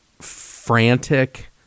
frantic